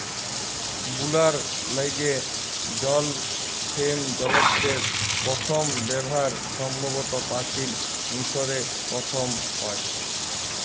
বুলার ল্যাইগে জল ফেম যলত্রের পথম ব্যাভার সম্ভবত পাচিল মিশরে পথম হ্যয়